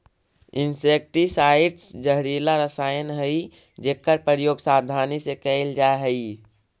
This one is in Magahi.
इंसेक्टिसाइट्स् जहरीला रसायन हई जेकर प्रयोग सावधानी से कैल जा हई